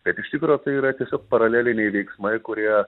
bet iš tikro tai yra tiesiog paraleliniai veiksmai kurie